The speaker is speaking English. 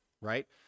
right